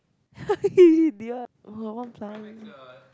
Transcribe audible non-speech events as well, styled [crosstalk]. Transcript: [laughs] Dion !wah! one plant